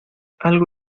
algo